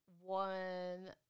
one